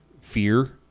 fear